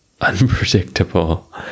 unpredictable